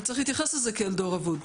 וצריך להתייחס לזה כדור אבוד,